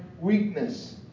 weakness